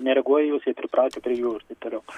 nereaguoja į juos jie pripratę prie jų ir taip toliau